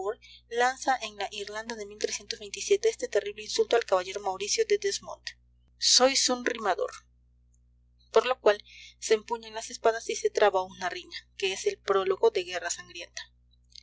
lanza en la irlanda de este terrible insulto al caballero mauricio de desmond sois un rimador por lo cual se empuñan las espadas y se traba una riña que es el prólogo de guerra sangrienta